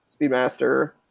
Speedmaster